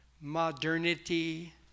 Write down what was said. modernity